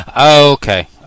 Okay